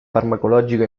farmacologico